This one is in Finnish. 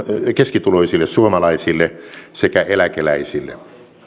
ja keskituloisille suomalaisille sekä eläkeläisille